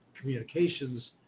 communications